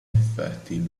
effetti